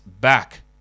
back